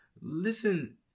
Listen